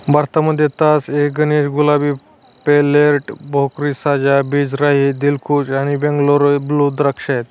भारतामध्ये तास ए गणेश, गुलाबी, पेर्लेट, भोकरी, साजा, बीज रहित, दिलखुश आणि बंगलोर ब्लू द्राक्ष आहेत